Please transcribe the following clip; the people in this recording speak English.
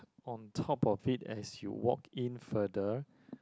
on top of it as you walk in further